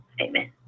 Amen